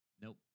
Nope